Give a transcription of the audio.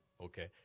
okay